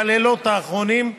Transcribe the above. בלילות האחרונים,